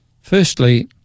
firstly